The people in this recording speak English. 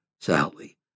Sally